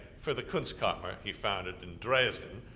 for the kunstkammer he founded in dresden,